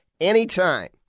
anytime